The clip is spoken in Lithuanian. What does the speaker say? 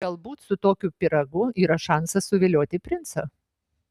galbūt su tokiu pyragu yra šansas suvilioti princą